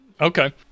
Okay